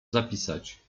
zapisać